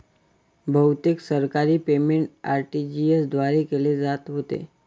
बहुतेक सरकारी payment RTGS द्वारे केले जात होते